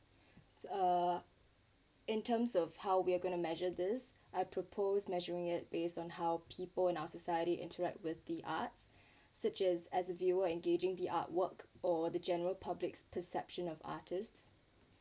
uh in terms of how we're going to measure this I propose measuring it based on how people in our society interact with the arts such as as a viewer engaging the artwork or the general public perception of artists